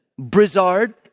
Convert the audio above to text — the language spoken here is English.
Brizard